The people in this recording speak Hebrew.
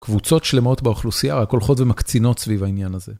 קבוצות שלמות באוכלוסייה, רק הולכות ומקצינות סביב העניין הזה.